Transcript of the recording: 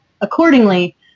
accordingly